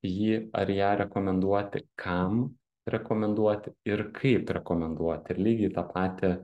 jį ar ją rekomenduoti kam rekomenduoti ir kaip rekomenduoti ir lygiai tą patį